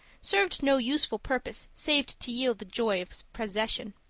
served no useful purpose save to yield the joy of possession.